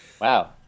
wow